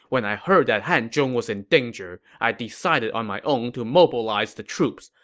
when i heard that hanzhong was in danger, i decided on my own to mobilize the troops.